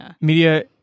media